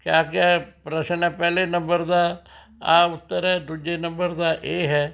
ਕਯਾ ਕਯਾ ਪ੍ਰਸ਼ਨ ਹੈ ਪਹਿਲੇ ਨੰਬਰ ਦਾ ਆਹ ਉੱਤਰ ਹੈ ਦੂਜੇ ਨੰਬਰ ਦਾ ਇਹ ਹੈ